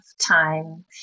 time